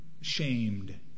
shamed